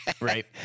Right